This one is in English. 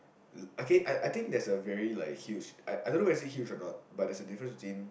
uh okay I think there's a very like huge I don't know whether is it huge a not but there's a difference between